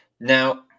Now